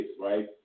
right